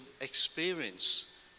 experience